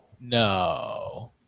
no